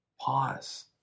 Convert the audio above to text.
Pause